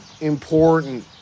important